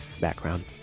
background